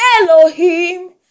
Elohim